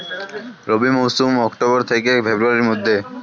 রবি মৌসুম অক্টোবর থেকে ফেব্রুয়ারির মধ্যে